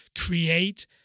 create